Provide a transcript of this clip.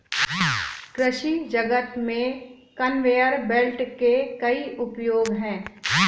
कृषि जगत में कन्वेयर बेल्ट के कई उपयोग हैं